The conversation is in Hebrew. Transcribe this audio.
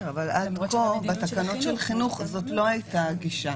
בתקנות של חינוך זאת לא הייתה הגישה.